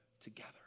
together